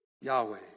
Yahweh